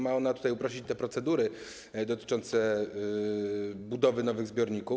Mamy tutaj uprościć procedury dotyczące budowy nowych zbiorników.